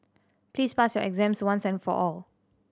please pass your exams once and for all